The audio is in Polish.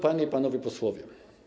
Panie i Panowie Posłowie!